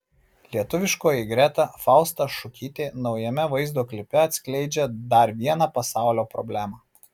lietuviškoji greta fausta šukytė naujame vaizdo klipe atskleidžia dar vieną pasaulio problemą